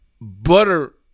butter